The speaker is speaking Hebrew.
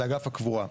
זה אגף הקבורה.